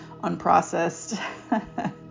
unprocessed